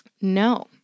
No